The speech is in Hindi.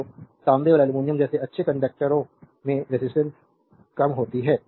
तो तांबे और एल्यूमीनियम जैसे अच्छे कंडक्टरों में रेजिस्टेंस कता कम होती है